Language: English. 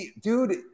dude